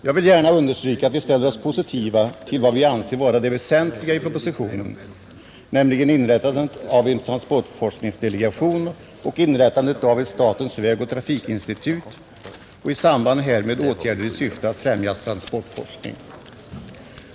Jag vill gärna understryka att vi ställer oss positiva till vad vi anser vara det väsentliga i propositionen, nämligen inrättandet av en transportforskningsdelegation och ett statens vägoch trafikinstitut samt åtgärder i samband härmed i syfte att främja transportforskning.